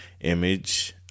image